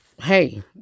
hey